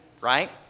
right